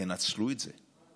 תנצלו את זה.